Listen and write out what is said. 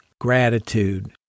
gratitude